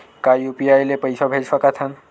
का यू.पी.आई ले पईसा भेज सकत हन?